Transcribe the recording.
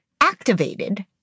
activated